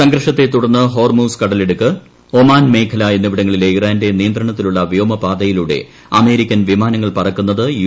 സംഘർഷത്തെ തുടർന്ന് ഹോർമൂസ് കടലിടുക്ക് ഒമാൻ മേഖല എന്നിവിടങ്ങളിലെ ഇറാന്റെ നിയന്ത്രണത്തിലുള്ള വ്യോമപാതയിലൂടെ അമേരിക്കൻ വിമാനങ്ങൾ പറക്കുന്നത് യു